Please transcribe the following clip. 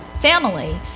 family